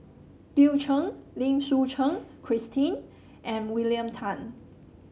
Bill Chen Lim Suchen Christine and William Tan